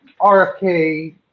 RFK